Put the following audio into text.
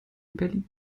berlin